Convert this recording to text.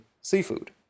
seafood